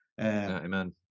Amen